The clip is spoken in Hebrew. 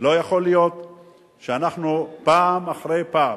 לא יכול להיות שאנחנו פעם אחרי פעם,